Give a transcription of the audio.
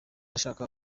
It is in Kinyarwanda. ashaka